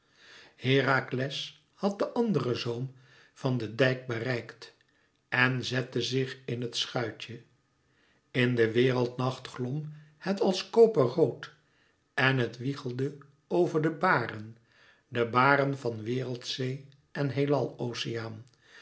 herakles had den anderen zoom van den dijk bereikt en zette zich in het schuitje in de wereldnacht glom het als koper rood en het wiegelde over de baren de baren van wereldzee en heelal oceaan